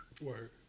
Word